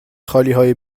خالیهای